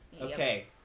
Okay